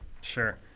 Sure